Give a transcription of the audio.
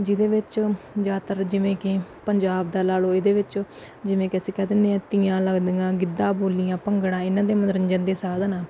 ਜਿਹਦੇ ਵਿੱਚ ਜ਼ਿਆਦਾਤਰ ਜਿਵੇਂ ਕਿ ਪੰਜਾਬ ਦਾ ਲਾ ਲਓ ਇਹਦੇ ਵਿੱਚ ਜਿਵੇਂ ਕਿ ਅਸੀਂ ਕਹਿ ਦਿੰਦੇ ਹਾਂ ਤੀਆਂ ਲੱਗਦੀਆਂ ਗਿੱਧਾ ਬੋਲੀਆਂ ਭੰਗੜਾ ਇਹਨਾਂ ਦੇ ਮਨੋਰੰਜਨ ਦੇ ਸਾਧਨ ਆ